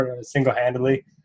single-handedly